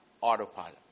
autopilot